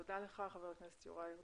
תודה לך ח"כ יוראי להב